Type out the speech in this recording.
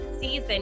season